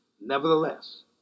nevertheless